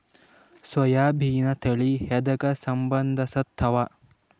ಸೋಯಾಬಿನ ತಳಿ ಎದಕ ಸಂಭಂದಸತ್ತಾವ?